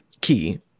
Key